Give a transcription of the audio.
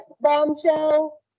Bombshell